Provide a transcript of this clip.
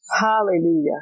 Hallelujah